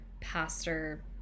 pastor